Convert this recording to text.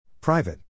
Private